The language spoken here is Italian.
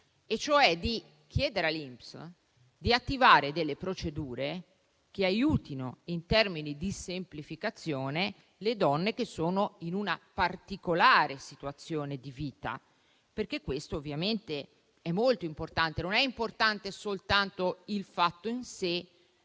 ossia di chiedere all'INPS di attivare delle procedure, che aiutino, in termini di semplificazione, le donne che sono in una particolare situazione di vita, perché questo ovviamente è molto importante. Non è importante soltanto il fatto in sé,